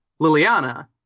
Liliana